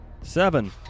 Seven